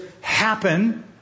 happen